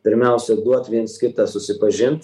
pirmiausiai duot viens kitą susipažint